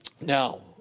Now